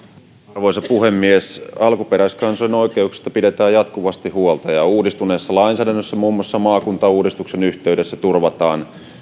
arvoisa puhemies alkuperäiskansojen oikeuksista pidetään jatkuvasti huolta ja uudistuneessa lainsäädännössä muun muassa maakuntauudistuksen yhteydessä turvataan